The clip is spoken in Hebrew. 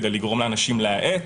כדי לגרום לאנשים להאט,